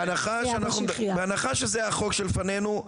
בהנחה שזה החוק שלפנינו,